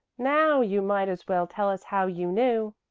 now you might as well tell us how you knew.